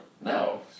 No